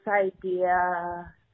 idea